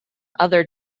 other